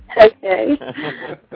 Okay